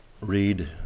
read